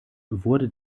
wurde